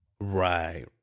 Right